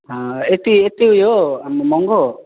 अँ यति यति ऊ यो हो आम् महँगो